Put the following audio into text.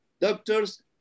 doctors